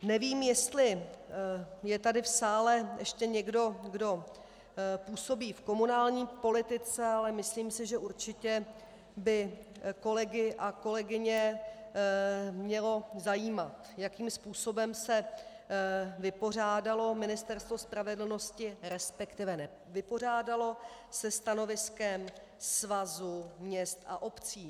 Nevím, jestli je tady v sále ještě někdo, kdo působí v komunální politice, ale myslím si, že určitě by kolegy a kolegyně mělo zajímat, jakým způsobem se vypořádalo Ministerstvo spravedlnosti, resp. nevypořádalo se stanoviskem Svazu měst a obcí.